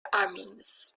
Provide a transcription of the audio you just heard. amiens